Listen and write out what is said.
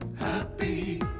Happy